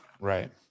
Right